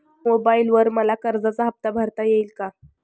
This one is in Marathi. मोबाइलवर मला कर्जाचा हफ्ता भरता येईल का?